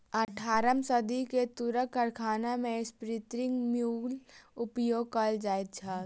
अट्ठारम सदी मे तूरक कारखाना मे स्पिन्निंग म्यूल उपयोग कयल जाइत छल